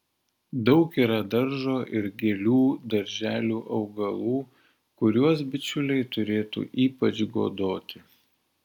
daug yra daržo ir gėlių darželių augalų kuriuos bičiuliai turėtų ypač godoti